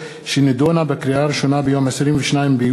את